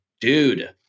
Dude